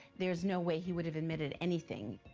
there's no way he would have admitted anything.